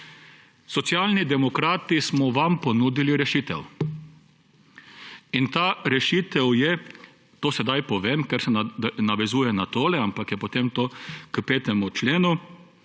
Socialni demokrati smo vam ponudili rešitev. In ta rešitev je – to sedaj povem, ker se navezuje na to, ampak je potem to k 5. členu,